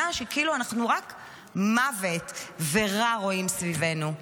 שכאילו רק מוות ורע אנחנו רואים סביבנו.